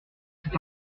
c’est